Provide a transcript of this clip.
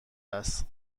است